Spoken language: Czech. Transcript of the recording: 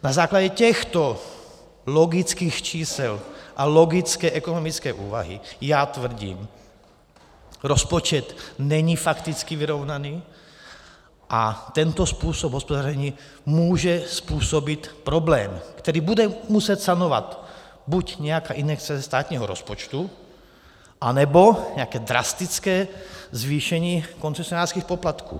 Na základě těchto logických čísel a logické ekonomické úvahy já tvrdím, že rozpočet není fakticky vyrovnaný a tento způsob hospodaření může způsobit problém, který bude muset sanovat buď nějaká injekce ze státního rozpočtu, anebo nějaké drastické zvýšení koncesionářských poplatků.